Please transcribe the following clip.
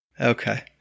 Okay